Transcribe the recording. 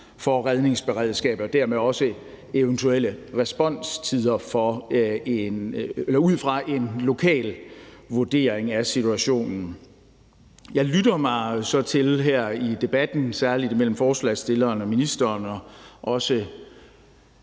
for redningsberedskabet og dermed også eventuelle responstider ud fra en lokal vurdering af situationen. Jeg lytter mig så til her i debatten, særlig imellem forslagsstilleren og ministeren og også